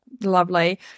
lovely